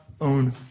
own